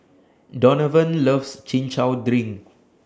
Donavan loves Chin Chow Drink